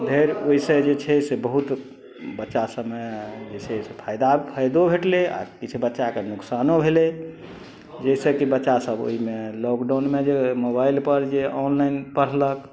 धरि ओहिसँ जे छै से बहुत बच्चा सबमे जे छै से फायदा फायदो भेटलै आ किछु बच्चाके नुकसानो भेलै जाहिसँ कि बच्चा सब ओहिमे लॉकडाउनमे जे मोबाइल पर जे ऑनलाइन पढ़लक